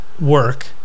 work